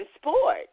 sport